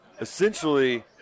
essentially